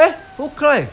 eh who cry